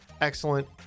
excellent